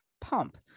Pump